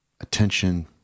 attention